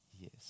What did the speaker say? Yes